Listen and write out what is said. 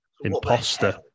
Imposter